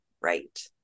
right